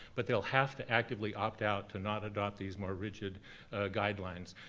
but they'll have to actively opt out to not adopt these more rigid guidelines.